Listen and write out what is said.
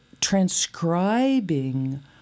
transcribing